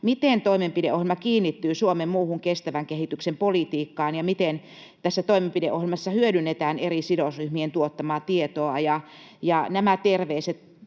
miten toimenpideohjelma kiinnittyy Suomen muuhun kestävän kehityksen politiikkaan ja miten tässä toimenpideohjelmassa hyödynnetään eri sidosryhmien tuottamaa tietoa. Nämä terveiset